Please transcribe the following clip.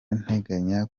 nteganya